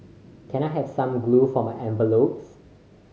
can I have some glue for my envelopes